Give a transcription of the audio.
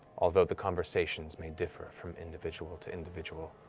although the conversations may differ from individual to individual.